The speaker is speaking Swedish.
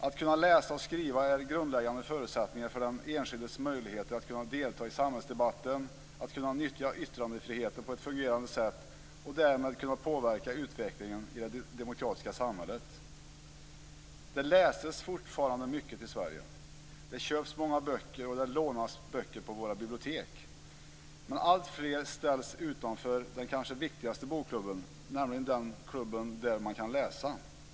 Att kunna läsa och skriva är grundläggande förutsättningar för den enskildes möjligheter att delta i samhällsdebatten och att kunna nyttja yttrandefriheten på ett fungerande sätt och därmed kunna påverka utvecklingen i det demokratiska samhället. Det läses fortfarande mycket i Sverige. Det köps många böcker och det lånas böcker på våra bibliotek. Men alltfler ställs utanför den kanske viktigaste bokklubben, nämligen klubben för dem som kan läsa.